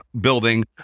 building